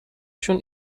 شون